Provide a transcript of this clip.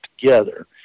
together